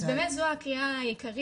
אז באמת זו הקריאה העיקרית.